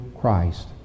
Christ